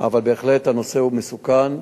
אבל בהחלט הנושא מסוכן.